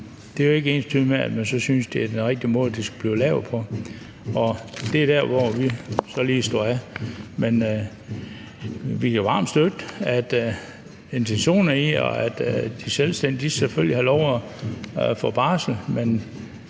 det er jo ikke ensbetydende med, at man synes, det er den rigtige måde, det er blevet lavet på, og det er så der, hvor vi står af. Men vi kan varmt støtte intentionerne i det, og at de selvstændige selvfølgelig skal have lov at få barsel,